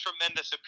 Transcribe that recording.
tremendous